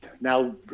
now